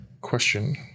question